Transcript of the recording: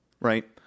right